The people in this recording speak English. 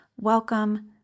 welcome